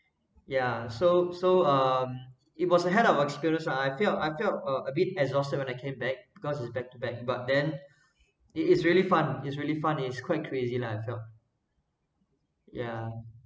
ya so so um it was a hell of experience lah I felt I felt uh a bit exhausted when I came back because it's back to back but then it it is really fun it's really fun it's quite crazy lah I felt ya